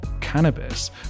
cannabis